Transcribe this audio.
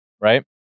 right